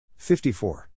54